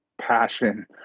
passion